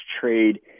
trade